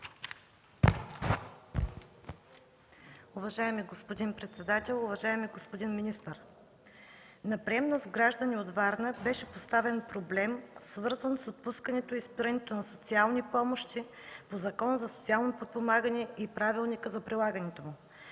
Уважаеми господин председател, уважаеми господин министър! На приемна с граждани от Варна беше поставен проблем, свързан с отпускането и спирането на социални помощи по Закона за социално подпомагане и правилника за прилагането му.